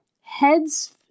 heads